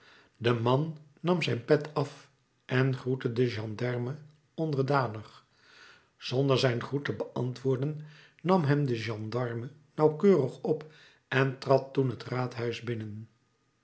de man nam zijn pet af en groette den gendarme onderdanig zonder zijn groet te beantwoorden nam hem de gendarme nauwkeurig op en trad toen het raadhuis binnen